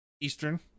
Eastern